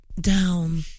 down